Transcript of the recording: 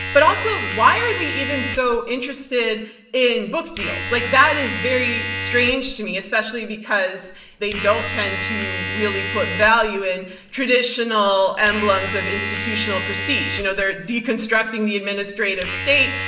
but also why are they even so interested in book deals? like, that is very strange to me, especially because they don't tend to really put value in traditional emblems of institutional prestige. you know they're deconstructing the administrative state.